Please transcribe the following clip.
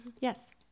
yes